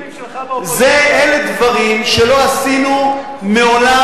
אלה דברים שלא עשינו מעולם,